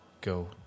go